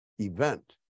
event